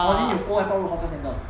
poly 有 old airport road hawker